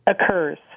occurs